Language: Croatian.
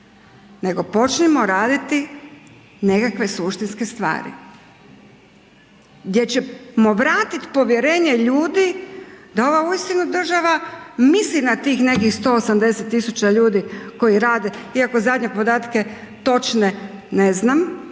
nego počnimo raditi nekakve suštinske stvari gdje ćemo vratiti povjerenje ljudi da ova uistinu država misli na tih nekih 180 tisuća ljudi koji rade iako zadnje podatke točne ne znam,